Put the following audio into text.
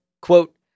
Quote